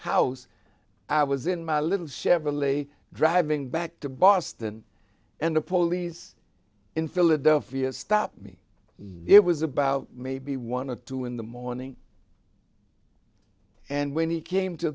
house i was in my little chevrolet driving back to boston and the police in philadelphia stopped me it was about maybe one or two in the morning and when he came to